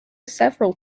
several